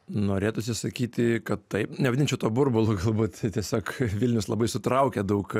norėtųsi sakyti kad taip nevadinčiau tuo burbulu galbūt tiesiog vilnius labai sutraukia daug